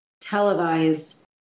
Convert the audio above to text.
televised